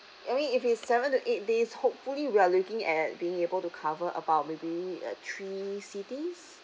I mean if it's seven to eight days hopefully we are looking at being able to cover about maybe uh three cities